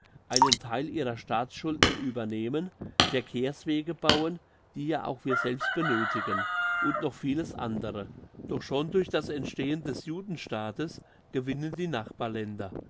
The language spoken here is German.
einen theil ihrer staatsschulden übernehmen verkehrswege bauen die ja auch wir selbst benöthigen und noch vieles andere doch schon durch das entstehen des judenstaates gewinnen die